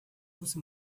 você